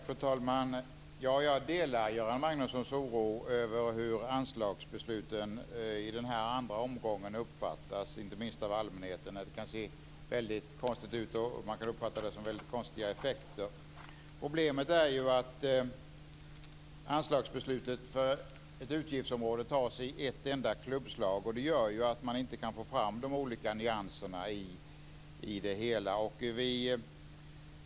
Fru talman! Jag delar Göran Magnussons oro över hur anslagsbesluten i den andra omgången uppfattas, inte minst av allmänheten. De kan se väldigt konstiga ut, och man kan uppfatta effekterna som väldigt underliga. Problemet är att anslagsbeslutet för ett utgiftsområde tas i ett enda klubbslag. Det gör att man inte kan få fram nyanserna i det hela.